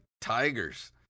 tigers